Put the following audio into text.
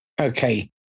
Okay